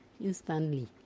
instantly